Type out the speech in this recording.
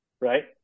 right